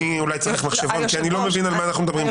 אני אולי צריך לחשוב פה כי אני לא מבין על מה אנחנו מדברים כבר.